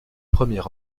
premier